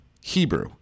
Hebrew